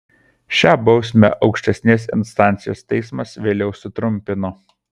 šią bausmę aukštesnės instancijos teismas vėliau sutrumpino